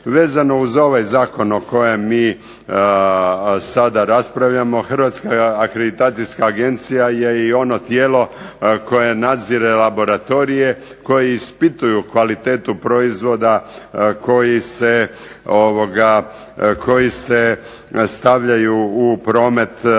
Vezano uz ovaj zakon o kojem mi sada raspravljamo Hrvatska akreditacijska agencija je i ono tijelo koje nadzire laboratorije, koji ispituju kvalitetu proizvoda, koji se stavljaju u promet putem